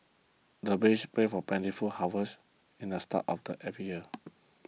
the villagers pray for plentiful harvest at the start of every year